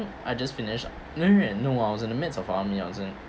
I just finished no no no I was in the midst of army I wasn't